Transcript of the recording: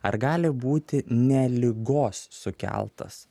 ar gali būti ne ligos sukeltas